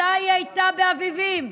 מתי היא הייתה באביבים?